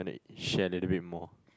share a little bit more